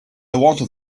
wanted